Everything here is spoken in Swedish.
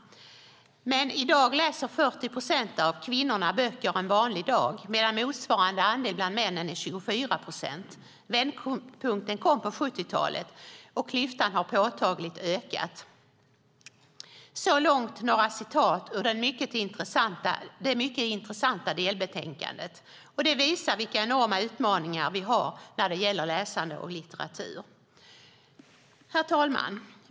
I dag läser 40 procent av kvinnorna böcker en vanlig dag, medan motsvarande andel bland männen är 24 procent. Vändpunkten kom på 1970-talet, och klyftan har påtagligt ökat. Detta är några uppgifter som jag har tagit från det mycket intressanta delbetänkandet. Det visar vilka enorma utmaningar vi har när det gäller läsandet och litteraturen. Herr talman!